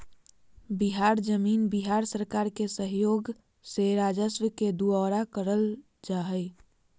बिहार जमीन बिहार सरकार के सहइोग से राजस्व के दुऔरा करल जा हइ